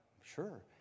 sure